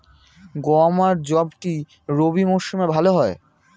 গম আর যব কি রবি মরশুমে ভালো হয়?